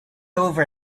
over